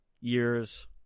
years